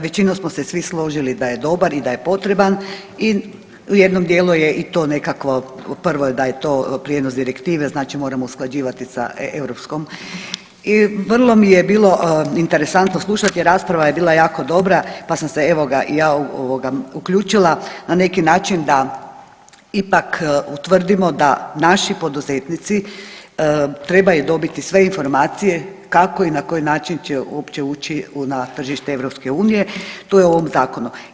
Većinom smo se svi složili da je dobar i da je potreban i u jednom dijelu je i to nekakvo, prvo da je to prijenos direktive znači moramo usklađivati sa europskom i vrlo mi je bilo interesantno slušati, rasprava je bila jako dobra pa sam se evo ga i ja ovoga uključila na neki način da ipak utvrdimo da naši poduzetnici trebaju dobiti sve informacije kako i na koji način će uopće ući na tržište EU, tu je u ovom zakonu.